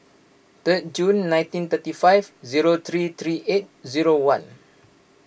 third June nineteen thirty five zero three three eight zero one